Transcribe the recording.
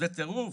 זה טירוף.